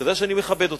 אתה יודע שאני מכבד אותך.